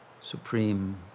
supreme